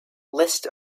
list